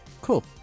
cool